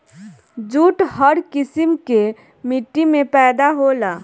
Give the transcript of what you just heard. jute हर किसिम के माटी में पैदा होला